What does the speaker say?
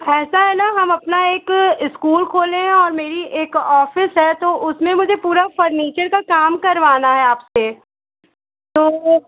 ऐसा है ना हम अपना एक इस्कूल खोले हैं और मेरी एक ऑफ़िस है तो उसमें मुझे मेरा पूरा फ़र्नीचर का काम करवाना है आप से तो